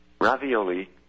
ravioli